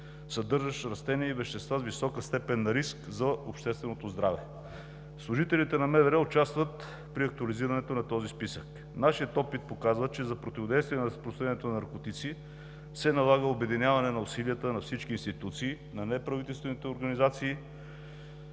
съдържащ растения и вещества с висока степен на риск за общественото здраве. Служителите на МВР участват при актуализирането на този списък. Нашият опит показва, че за противодействие на разпространението на наркотици се налага обединяване на усилията на всички институции, на неправителствените организации,